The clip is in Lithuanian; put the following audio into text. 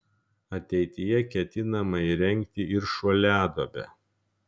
ateityje ketinama įrengti ir šuoliaduobę